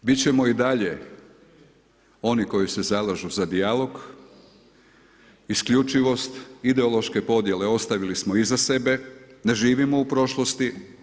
Biti ćemo i dalje, oni koji se zalažu za dijalog, isključivost, ideološke podjele, ostavili smo iza sebe, ne živimo u prošlosti.